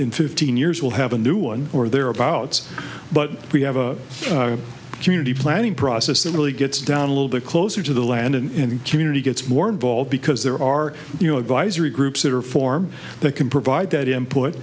in fifteen years we'll have a new one or thereabouts but we have a community planning process that really gets down a little bit closer to the land and the community gets more involved because there are you know advisory groups that are form that can provide that input